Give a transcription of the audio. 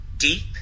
deep